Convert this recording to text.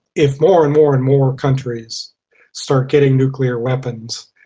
if more and more and more countries start getting nuclear weapons,